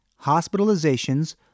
hospitalizations